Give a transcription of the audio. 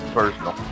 personal